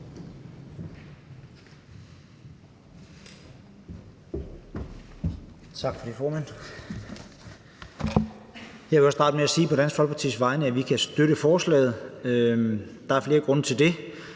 Tak for det, formand. Jeg vil starte med på Dansk Folkepartis vegne at sige, at vi også kan støtte forslaget. Der er flere grunde til det.